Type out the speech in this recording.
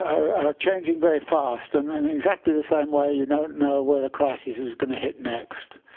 are changing very fast. and and in exactly the same way, you don't know where the crisis is going to hit next.